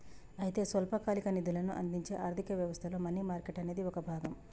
అయితే స్వల్పకాలిక నిధులను అందించే ఆర్థిక వ్యవస్థలో మనీ మార్కెట్ అనేది ఒక భాగం